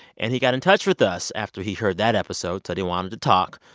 and he got in touch with us after he heard that episode, said he wanted to talk.